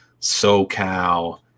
SoCal